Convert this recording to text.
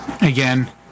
again